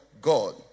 God